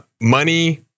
money